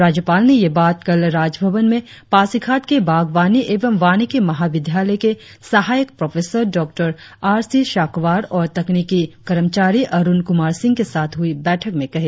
राज्यपाल ने यह बात कल राजभवन में पासीघाट के बागवानी एवं वानिकी महा विद्यालय के सहायक प्रोफेसर डॉ आर सी शाक्वार और तकनीकि कर्मचारी अरुण कुमार सिंह के साथ हुई बैठक में कही